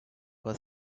were